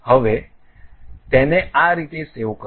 હવે તેને આ રીતે સેવ કરો